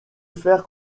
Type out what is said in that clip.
faire